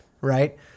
right